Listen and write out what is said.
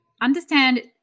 understand